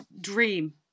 dream